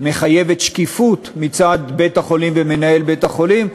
מחייבת שקיפות מצד בית-החולים ומנהל בית-החולים,